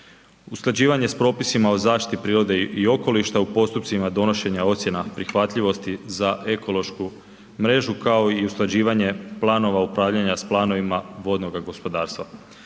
Usklađivanje s propisima o zaštiti prirode i okoliša u postupcima donošenja ocjena prihvatljivosti za ekološku mrežu kao i usklađivanje planova upravljanja s planovima vodnoga gospodarstva.